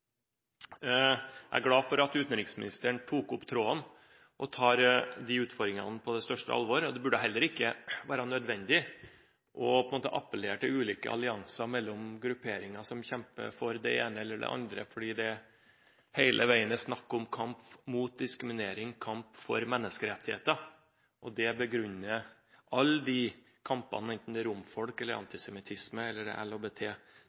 Jeg er glad for at utenriksministeren tok opp tråden og tar de utfordringene på det største alvor. Det burde heller ikke være nødvendig å appellere til ulike allianser i grupperinger som kjemper for det ene eller det andre, fordi det hele veien er snakk om kamp mot diskriminering og kamp for menneskerettigheter. Det begrunner alle de kampene, enten det gjelder romfolk, antisemittisme eller LHBT, som utenriksministeren nevnte. Generelt sett kan vi si at det er